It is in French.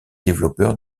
développeur